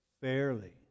fairly